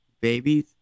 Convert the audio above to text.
babies